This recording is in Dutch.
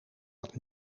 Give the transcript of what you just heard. dat